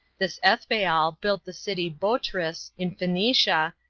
this ethbaal built the city botrys in phoenicia,